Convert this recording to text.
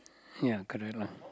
ya correct lah